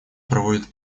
проводят